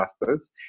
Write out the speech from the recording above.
Masters